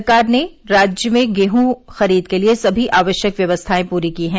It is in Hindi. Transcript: सरकार ने राज्य में गेहूँ खरीद के लिये समी आवश्यक व्यवस्थाएं पूरी की है